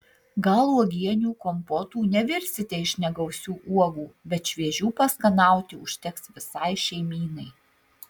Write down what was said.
gal uogienių kompotų nevirsite iš negausių uogų bet šviežių paskanauti užteks visai šeimynai